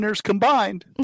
combined